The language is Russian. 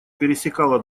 пересекала